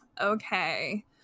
okay